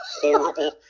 horrible